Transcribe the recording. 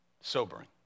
Sobering